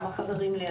כמה מהם לידי,